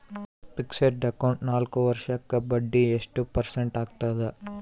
Fixed account ನಾಲ್ಕು ವರ್ಷಕ್ಕ ಬಡ್ಡಿ ಎಷ್ಟು ಪರ್ಸೆಂಟ್ ಆಗ್ತದ?